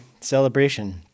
celebration